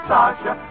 Sasha